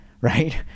Right